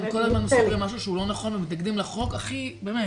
הם כל הזמן מספרים משהו שהוא לא נכון ומתנגדים לחוק הכי ---.